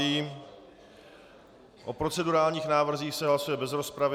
O procedurálních návrzích se hlasuje bez rozpravy.